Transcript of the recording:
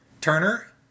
Turner